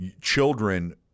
children